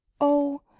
Oh